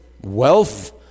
wealth